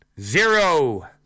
Zero